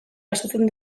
gastatzen